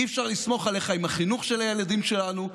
אי-אפשר לסמוך עליך עם החינוך של הילדים שלנו,